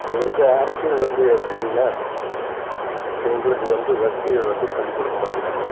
இது வந்து அரசியல் வந்து எப்படிங்கன்னா எங்களுக்கு வந்து வசதிகள் வந்து பண்ணி கொடுக்க மாட்டேங்கிறாங்க